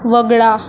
वगळा